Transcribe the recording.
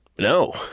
No